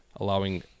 allowing